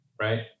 Right